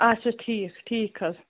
اَچھا ٹھیٖک ٹھیٖک حظ